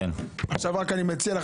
רק אני מציע לך,